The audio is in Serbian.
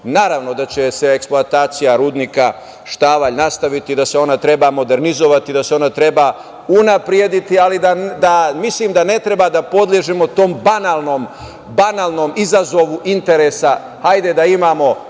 Naravno da će se eksploatacija rudnika Štavalj nastaviti, da se ona treba modernizovati, da se ona treba unaprediti, ali mislim da ne treba da podležemo tom banalnom izazovu interesa – hajde da imamo